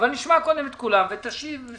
אבל נשמע קודם כל, ותשיב.